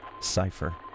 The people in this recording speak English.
cipher